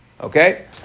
okay